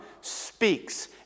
speaks